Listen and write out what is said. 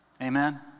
Amen